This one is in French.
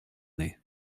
nez